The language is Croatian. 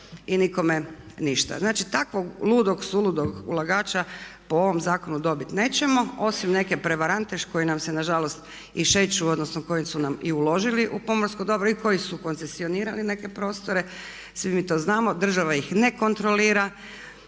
i nikome ništa. Znači, takvog ludog, suludog ulagača po ovom zakonu dobiti nećemo osim neke prevarante koji nam se nažalost i šeću odnosno koji su nam i uložili u pomorsko dobro i koji su koncesionirali neke prostore, svi mi to znamo, država ih ne kontrolira.